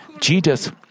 Jesus